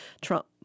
Trump